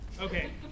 Okay